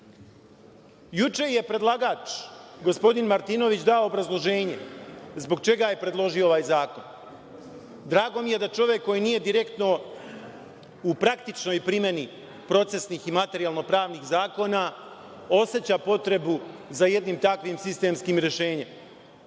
Juče je predlagač, gospodin Martinović, dao obrazloženje zbog čega je predložio ovaj zakon. Drago mi je da čovek koji nije direktno u praktičnoj primeni procesnih i materijalno-pravnih zakona, oseća potrebu za jednim takvim sistemskim rešenjem,